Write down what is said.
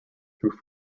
through